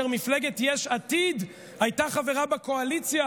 כשמפלגת יש עתיד הייתה חברה בקואליציה